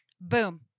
boom